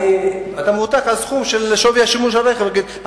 אתה מבוטח על סכום של שווי השימוש ברכב,